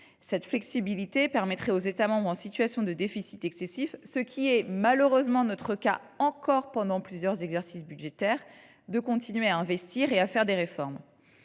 Cette flexibilité permettrait aux États membres en situation de déficit excessif ce sera malheureusement encore notre cas pendant plusieurs exercices budgétaires de continuer à investir et à faire des réformes.